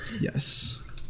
Yes